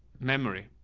memory.